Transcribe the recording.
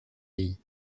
dei